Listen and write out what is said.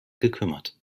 gekümmert